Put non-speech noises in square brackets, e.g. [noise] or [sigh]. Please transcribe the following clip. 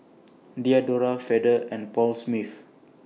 [noise] Diadora Feather and Paul Smith